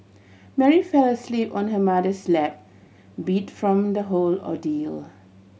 Mary fell asleep on her mother's lap beat from the whole ordeal